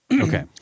Okay